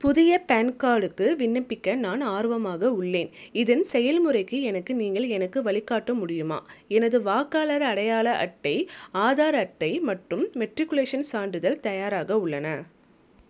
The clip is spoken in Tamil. புதிய பான் கார்டுக்கு விண்ணப்பிக்க நான் ஆர்வமாக உள்ளேன் இதன் செயல்முறைக்கு எனக்கு நீங்கள் எனக்கு வழிகாட்ட முடியுமா எனது வாக்காளர் அடையாள அட்டை ஆதார் அட்டை மற்றும் மெட்ரிகுலேஷன் சான்றிதழ் தயாராக உள்ளன